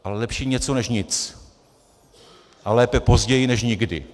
Ale lepší něco než nic a lépe později než nikdy.